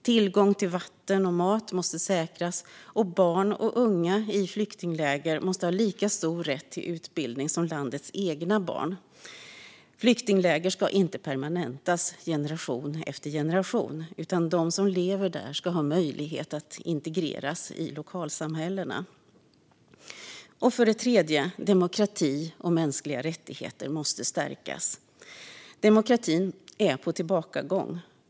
Tillgång till vatten och mat måste säkras, och barn och unga i flyktingläger måste ha lika stor rätt till utbildning som landets egna barn. Flyktingläger ska inte permanentas i generation efter generation, utan de som lever där ska ha möjlighet att integreras i lokalsamhällena. För det tredje måste demokrati och mänskliga rättigheter stärkas. Demokratin är på tillbakagång.